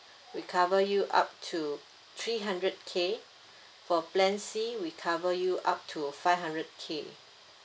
we cover you up to three hundred K for plan C we cover you up to five hundred K